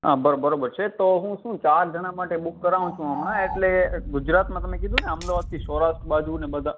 હા બરો બરાબર છે તો હું શું ચાર જણા માટે બુક કરાવું છું હમણાં એટલે ગુજરાતમાં તમે કહ્યુંને અમદાવાદથી સૌરાષ્ટ્ર બાજુને બધા